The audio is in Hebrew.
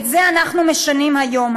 את זה אנחנו משנים היום.